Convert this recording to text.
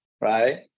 right